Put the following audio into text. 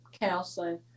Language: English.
counseling